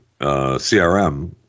CRM